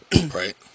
Right